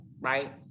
right